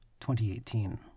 2018